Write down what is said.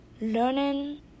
learning